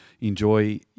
enjoy